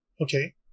Okay